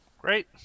great